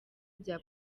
bya